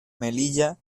melilla